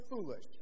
foolish